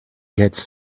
gets